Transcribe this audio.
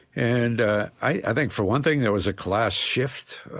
and ah i think, for one thing, there was a class shift.